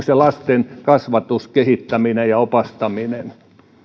se lasten kasvatus kehittäminen ja opastaminen